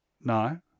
No